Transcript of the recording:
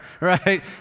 right